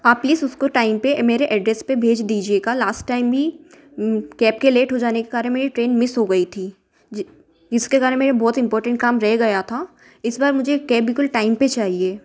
आप प्लीज़ उसको टाइम पे मेरे एड्रेस पर भेज दीजिएगा लास्ट टाइम भी कैब के लेट हो जाने के कारण मेरी ट्रेन मिस हो गई थी जि जिसके कारण मेरे बहुत इंपॉर्टेंट काम रह गया था इस बार मुझे कैब बिल्कुल टाइम पे चाहिए